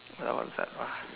I don't understand why